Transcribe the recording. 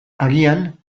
agian